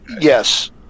Yes